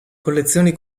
collezioni